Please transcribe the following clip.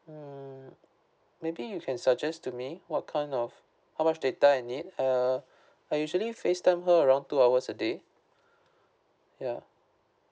mm maybe you can suggest to me what kind of how much data I need uh I usually facetime her around two hours a day ya